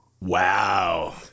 Wow